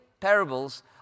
parables